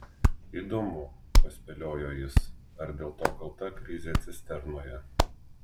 įdomu paspėliojo jis ar dėl to kalta krizė cisternoje